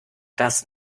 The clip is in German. das